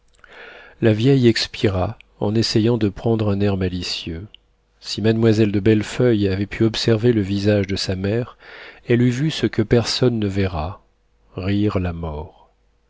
la vieille expira en essayant de prendre un air malicieux si mademoiselle de bellefeuille avait pu observer le visage de sa mère elle eût vu ce que personne ne verra rire la mort